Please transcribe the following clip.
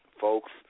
folks